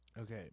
Okay